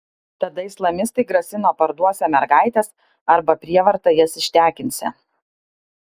tada islamistai grasino parduosią mergaites arba prievarta jas ištekinsią